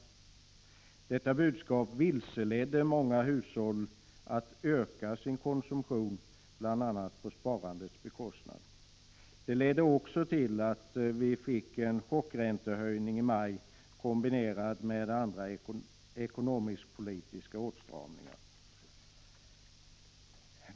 Detta budskap vilseledde många hushåll till att öka sin konsumtion, bl.a. på sparandets bekostnad. Det ledde också till att vi fick en chockräntehöjning i maj, kombinerad med andra ekonomisk-politiska åtstramningar.